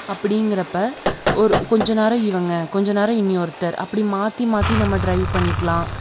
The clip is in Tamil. அப்ப்டிங்கிறப்ப ஒரு கொஞ்சம் நேரம் இவங்க கொஞ்சம் நேரம் இனி ஒருத்தர் அப்படி மாற்றி மாற்றி நம்ம டிரைவ் பண்ணிக்கலாம்